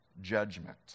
judgment